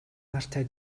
нартай